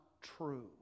true